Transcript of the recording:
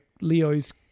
Leo's